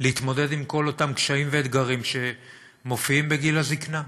להתמודד עם כל אותם קשיים ואתגרים שמופיעים בגיל הזיקנה.